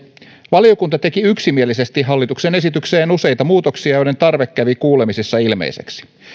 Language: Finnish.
valiokunta teki yksimielisesti hallituksen esitykseen useita muutoksia joiden tarve kävi kuulemisissa ilmeiseksi